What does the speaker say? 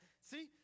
see